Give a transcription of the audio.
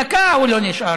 דקה הוא לא נשאר,